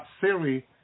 Siri